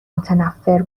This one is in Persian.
متنفر